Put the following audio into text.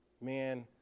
Man